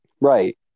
Right